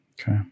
Okay